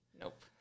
Nope